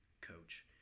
coach